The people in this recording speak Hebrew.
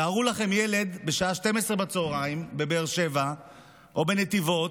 תארו לכם ילד בבאר שבע או בנתיבות,